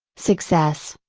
success,